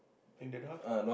can the dove